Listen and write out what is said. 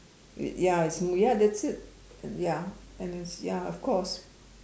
ya it's ya that's it ya and it's ya of course